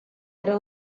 era